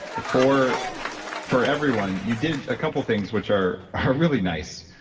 for for everyone, you did a couple things which are really nice.